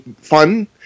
fun